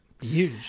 Huge